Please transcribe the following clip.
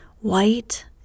white